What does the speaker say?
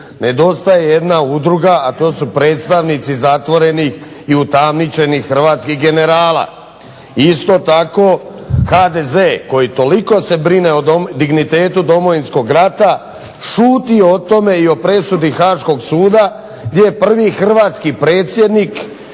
Nedostaje jedna udruga, a to su predstavnici zatvorenih i utamničenih hrvatskih generala. Isto tako, HDZ koji toliko se brine o dignitetu Domovinskog rata šuti o tome i o presudi Haaškog suda gdje je prvi hrvatski predsjednik,